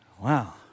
Wow